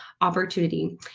opportunity